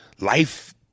life